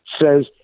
says